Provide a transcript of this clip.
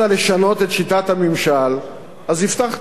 הבטחת לשנות את שיטת הממשל, אז הבטחת,